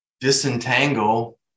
disentangle